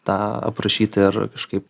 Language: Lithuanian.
tą aprašyti ar kažkaip